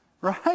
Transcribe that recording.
Right